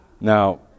Now